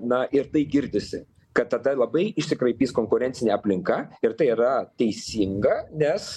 na ir tai girdisi kad tada labai išsikraipys konkurencinė aplinka ir tai yra teisinga nes